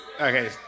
Okay